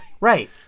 Right